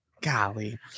golly